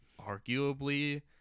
arguably